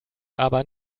aber